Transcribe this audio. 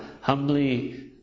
Humbly